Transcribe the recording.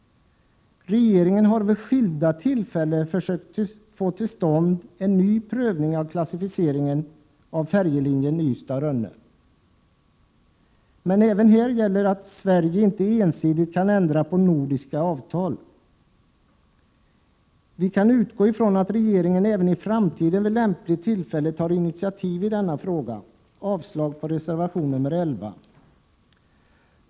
Regeringen har vid skilda tillfällen försökt få till stånd en ny prövning av klassificeringen av färjelinjen Ystad-Rönne. Även här gäller att Sverige inte ensidigt kan ändra på nordiska avtal. Vi kan utgå ifrån att regeringen även i framtiden vid lämpliga tillfällen tar initiativ i denna fråga. Jag yrkar avslag på reservation 11.